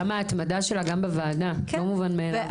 גם ההתמדה שלה בוועדה לא מובנת מאליו.